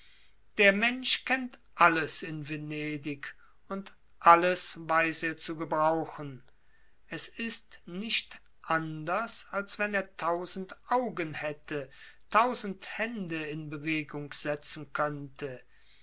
der mensch kennt alles in venedig und alles weiß er zu gebrauchen es ist nicht anders als wenn er tausend augen hätte tausend hände in bewegung setzen könnte